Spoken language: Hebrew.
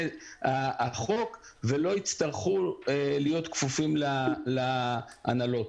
החוק ולא יצטרכו להיות כפופים להנהלות.